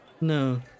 No